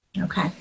Okay